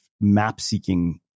map-seeking